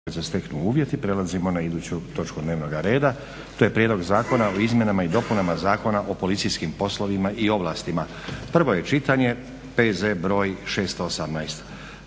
Nenad (SDP)** Prelazimo na iduću točku dnevnoga reda, to je - Prijedlog zakona o izmjenama i dopunama Zakona o policijskim poslovima i ovlastima, prvo čitanje, P.Z. br. 618